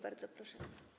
Bardzo proszę.